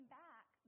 back